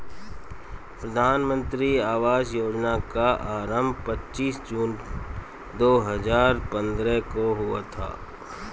प्रधानमन्त्री आवास योजना का आरम्भ पच्चीस जून दो हजार पन्द्रह को हुआ था